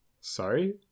Sorry